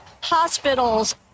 hospitals